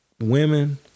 women